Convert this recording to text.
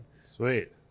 Sweet